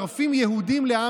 זה לא